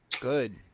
Good